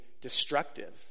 destructive